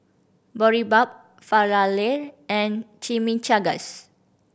Boribap Falafel and Chimichangas